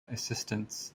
assistance